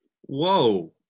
Whoa